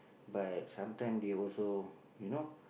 but sometime they also you know